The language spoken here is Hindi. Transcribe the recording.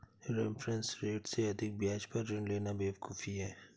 रेफरेंस रेट से अधिक ब्याज पर ऋण लेना बेवकूफी है